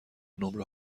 نمره